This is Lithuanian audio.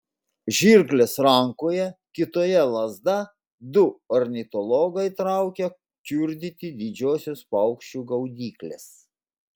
žirklės rankoje kitoje lazda du ornitologai traukia kiurdyti didžiosios paukščių gaudyklės